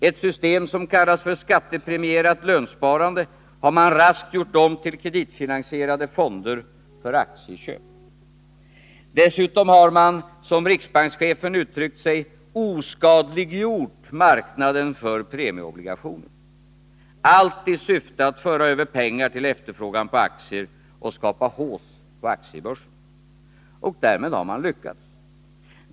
Ett system som kallas skattepremierat lönsparande har man raskt gjort om till kreditfinansierade fonder för aktieköp. Dessutom har man, som riksbankschefen uttryckt sig, oskadliggjort marknaden för premieobligationer, allt i syfte att föra över pengar till efterfrågan på aktier och skapa hausse på aktiebörsen. Och därmed har man lyckats.